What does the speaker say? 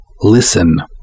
Listen